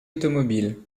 automobile